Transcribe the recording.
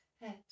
head